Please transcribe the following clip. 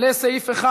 לסעיף 1?